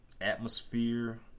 Atmosphere